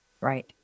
Right